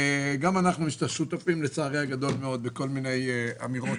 גם אצלנו יש את השותפים לצערי הגדול מאוד בכל מיני אמירות